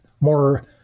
more